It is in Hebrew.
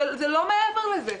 לא מעבר לזה.